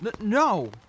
No